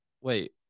wait